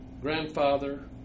grandfather